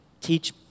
teach